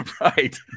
Right